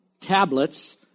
tablets